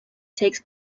takes